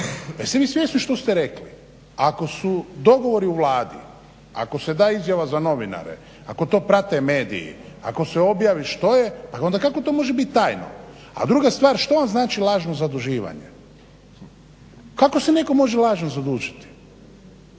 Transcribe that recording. jeste vi svjesni što ste rekli? Ako su dogovori u Vladi, ako se da izjava za novinare, ako to prate mediji, ako se objavi što je pa onda kako to može biti tajno? A druga stvar što vam znači lažno zaduživanje? Kako se netko može lažno zadužiti?